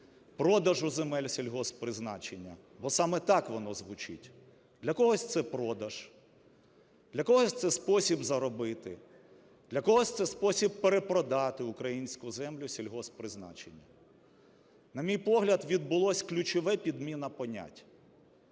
продажу земель сільгосппризначення, бо саме так воно звучить. Для когось – це продаж, для когось – це спосіб заробити, для когось – це спосіб перепродати українську землю сільгосппризначення. На мій погляд, відбулась ключова підміна понять.